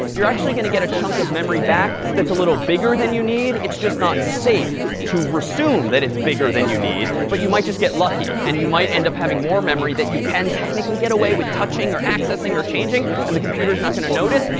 you're actually going to get a chunk of memory back that's a little bigger than you need. it's just not safe to assume that it's bigger than you need, but you might just get lucky. and you might end up having more memory that you can technically get away with touching or accessing or changing, and the computer's not going to notice.